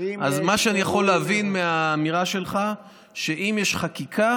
אז מה שאני יכול להבין מהאמירה שלך זה שאם יש חקיקה